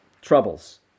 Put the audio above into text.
troubles